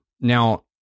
Now